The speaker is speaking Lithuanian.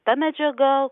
ta medžiaga